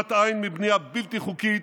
העלמת עין מבנייה בלתי חוקית,